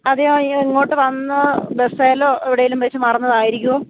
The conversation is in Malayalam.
അതെയോ അയ്യോ ഇനി ഇങ്ങോട്ട് വന്ന ബസ്സിലോ എവിടേലും വെച്ച് മറന്നതായിരിക്കുമോ